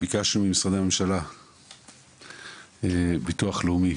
ביקשנו ממשרדי הממשלה ומביטוח לאומי